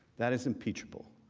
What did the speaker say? that is impeachable.